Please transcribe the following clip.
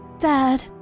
bad